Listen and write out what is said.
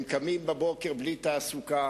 הם קמים בבוקר בלי תעסוקה.